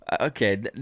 Okay